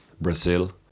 Brazil